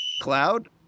cloud